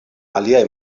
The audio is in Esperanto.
aliaj